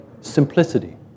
simplicity